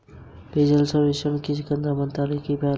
पेयजल सर्वेक्षण किस केंद्रीय मंत्रालय की पहल है?